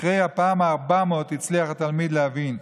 אחרי הפעם ה-400 הצליח התלמיד להבין.